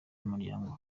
y’umuryango